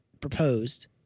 proposed